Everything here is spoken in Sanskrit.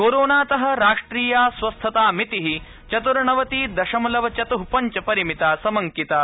कोरोनात राष्ट्रिया स्वस्थता मिति अपचीय चत्र्णवति दशमलव चत् पंच परिमिता समंकिता